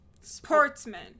Sportsman